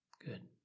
Good